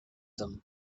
them